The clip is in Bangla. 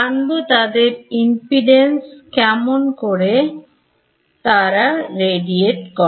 জানব তাদের ইম্পিডেন্স কেমন করে তারা রেডিট করে